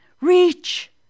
reach